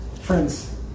friends